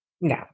No